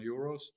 euros